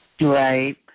Right